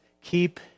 keep